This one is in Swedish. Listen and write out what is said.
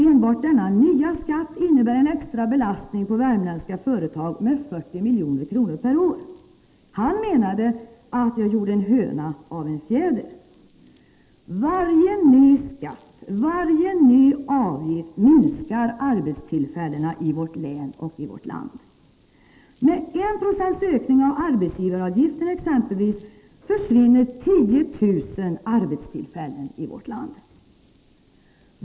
Enbart denna nya skatt innebär en extra belastning på värmländska företag med 40 milj.kr./år. Han menade att jag gjorde en höna av en fjäder! Varje ny skatt och varje ny avgift minskar arbetstillfällena'i vårt län och i vårt land. Med 1 96 ökning av arbetsgivaravgiften, för att ta ett exempel, försvinner 10 000 arbetstillfällen i Sverige.